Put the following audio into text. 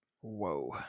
Whoa